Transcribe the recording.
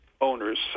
owners